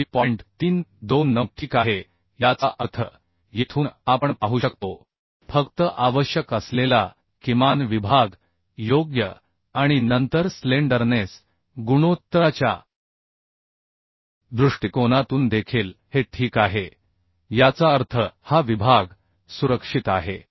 329 ठीक आहे याचा अर्थ येथून आपण पाहू शकतो फक्त आवश्यक असलेला किमान विभाग योग्य आणि नंतर स्लेन्डरनेस गुणोत्तराच्या दृष्टिकोनातून देखील हे ठीक आहे याचा अर्थ हा विभाग सुरक्षित आहे